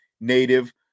native